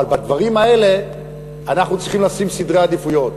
אבל בדברים האלה אנחנו צריכים לשים עדיפויות.